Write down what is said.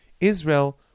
Israel